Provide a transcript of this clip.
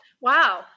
Wow